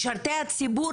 משרתי הציבור,